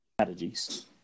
strategies